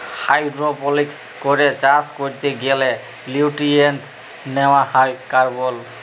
hydroponics করে চাষ ক্যরতে গ্যালে লিউট্রিয়েন্টস লেওয়া হ্যয় কার্বল